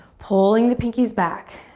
pulling the pinkies back.